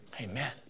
Amen